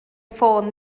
ffôn